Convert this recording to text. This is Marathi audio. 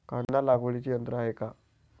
कांदा लागवडीचे यंत्र आहे का?